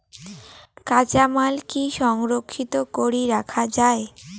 কাঁচামাল কি সংরক্ষিত করি রাখা যায়?